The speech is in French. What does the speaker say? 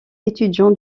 étudiants